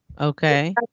Okay